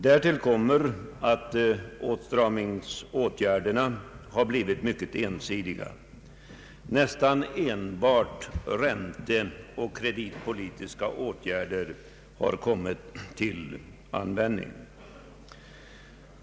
Därtill kommer att åtstramningsåtgärderna har varit mycket ensidiga. Nästan enbart ränteoch kreditpolitiska åtgärder har kommit till användning.